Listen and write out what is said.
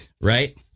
Right